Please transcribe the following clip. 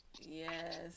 yes